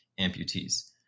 amputees